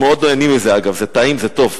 הם מאוד נהנים מזה, דרך אגב, זה טעים, זה טוב.